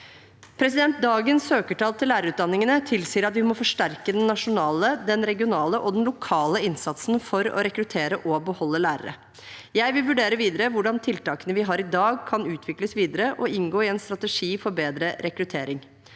Dagens søkertall til lærerutdanningene tilsier at vi må forsterke den nasjonale, den regionale og den lokale innsatsen for å rekruttere og beholde lærere. Jeg vil vurdere videre hvordan tiltakene vi har i dag, kan utvikles videre og inngå i en strategi for bedre rekruttering.